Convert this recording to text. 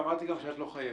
אמרתי גם שאת לא חייבת.